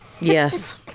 Yes